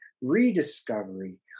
rediscovery